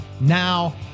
now